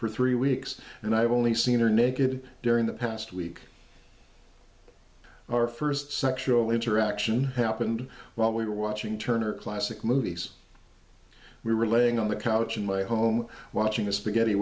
for three weeks and i've only seen her naked during the past week our first sexual interaction happened while we were watching turner classic movies we were laying on the couch in my home watching a spaghetti